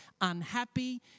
unhappy